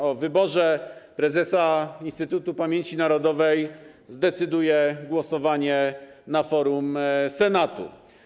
O wyborze prezesa Instytutu Pamięci Narodowej zdecyduje głosowanie na forum Senatu.